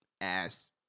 ass